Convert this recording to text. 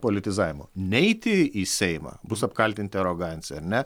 politizavimu neiti į seimą bus apkaltinti arogancija ar ne